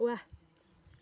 ৱাহ